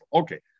okay